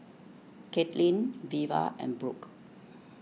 Katlyn Veva and Brook